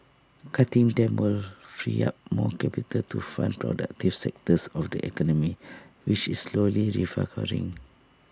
cutting them would free up more capital to fund productive sectors of the economy which is slowly